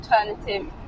alternative